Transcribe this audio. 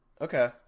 Okay